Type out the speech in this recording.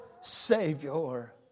Savior